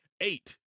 eight